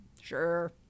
sure